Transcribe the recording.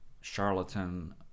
charlatan